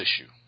issue